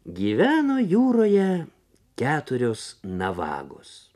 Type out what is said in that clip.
gyveno jūroje keturios navagos